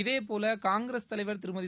இதேபோல காங்கிரஸ் தலைவர் திருமதி